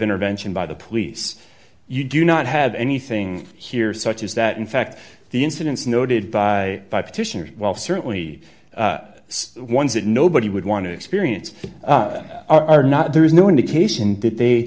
intervention by the police you do not have anything here such as that in fact the incidents noted by by petitioner while certainly one that nobody would want to experience are not there is no indication that they